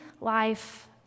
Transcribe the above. life